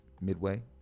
Midway